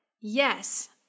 Yes